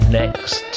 next